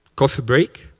coffee break.